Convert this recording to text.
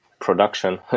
production